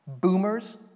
boomers